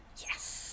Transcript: yes